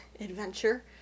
adventure